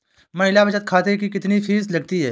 महिला बचत खाते की कितनी फीस लगती है?